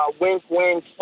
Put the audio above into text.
wink-wink